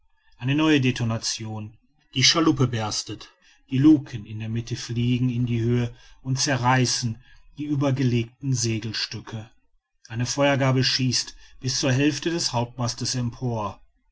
eine neue detonation die schaluppe berstet die luke in der mitte fliegt in die höhe und zerreißt die übergedeckten segelstücken eine feuergarbe schießt bis zur hälfte des hauptmastes empor